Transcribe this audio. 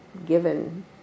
given